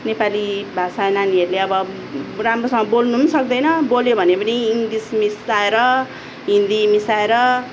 नेपाली भाषा नानीहरूले अब राम्रोसँग बोल्नु पनि सक्दैन बोल्यो भने पनि इङ्लिस मिसाएर हिन्दी मिसाएर